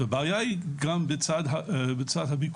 והבעיה היא גם בצד הביקוש,